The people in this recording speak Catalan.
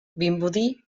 vimbodí